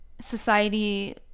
society